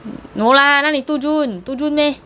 no lah 哪里 two june two june meh